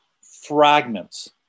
fragments